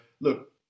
look